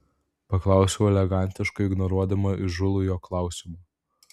paklausiau elegantiškai ignoruodama įžūlų jo klausimą